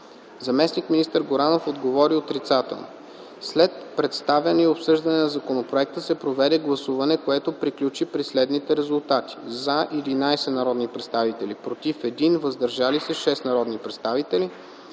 Заместник министър Горанов отговори отрицателно. След представяне и обсъждане на законопроекта се проведе гласуване, което приключи при следните резултати: “за” – 11 народни представители, “против” – 1 и “въздържали се” – 6 народни представители.